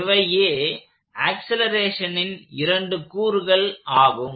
இவையே ஆக்சலேரேஷனின் இரண்டு கூறுகள் ஆகும்